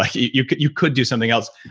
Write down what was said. like you could you could do something else.